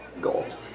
gold